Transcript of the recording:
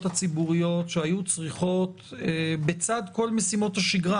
הציבורית שהיו צריכות בצד כל משימות השגרה